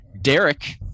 Derek